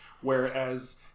Whereas